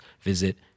visit